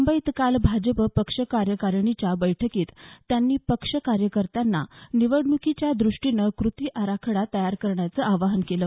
मुंबईत काल भाजप पक्ष कार्यकारणीच्या बैठकीत त्यांनी पक्ष कार्यकर्त्यांना निवडणुकीच्या दृष्टीनं कृती आराखडा तयार करण्याचं आवाहन केलं